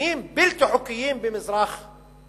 מבנים בלתי חוקיים במזרח-ירושלים.